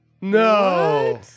No